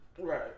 right